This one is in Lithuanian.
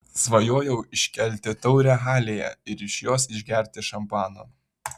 svajojau iškelti taurę halėje ir iš jos išgerti šampano